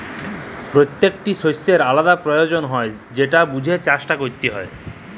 পত্যেকট শস্যের আলদা পিরয়োজন হ্যয় যেট বুঝে চাষট ক্যরতে হয়